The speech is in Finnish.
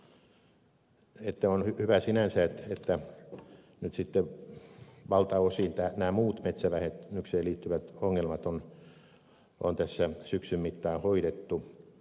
sitten voisin todeta että on hyvä sinänsä että nyt sitten valtaosin nämä muut metsävähennykseen liittyvät ongelmat on tässä syksyn mittaan hoidettu